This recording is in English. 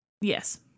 yes